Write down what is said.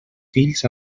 fills